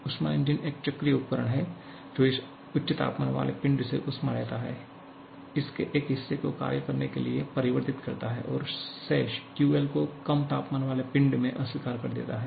ऊष्मा इंजन एक चक्रीय उपकरण है जो इस उच्च तापमान वाले पिंड से ऊष्मा लेता है इसके एक हिस्से को कार्य करने के लिए परिवर्तित करता है और शेष QL को कम तापमान वाले पिंड में अस्वीकार कर देता है